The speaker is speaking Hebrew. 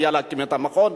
היה אפשר להקים את המכון,